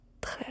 très